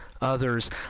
others